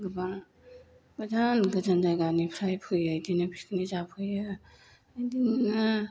गोबां गोजान गोजान जायगानिफ्राय फैयो बिदिनो पिकनिक जाफैयो इदिनो